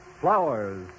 flowers